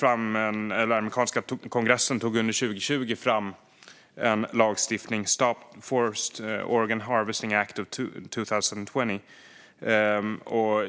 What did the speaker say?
Den amerikanska kongressen tog 2020 fram lagstiftningen Stop Forced Organ Harvesting Act of 2020.